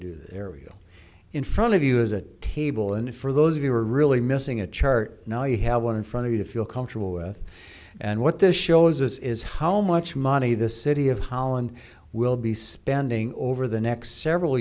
that ariel in front of you as a table and for those of you are really missing a chart now you have one in front of you to feel comfortable with and what this shows us is how much money the city of holland will be spending over the next several